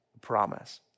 promise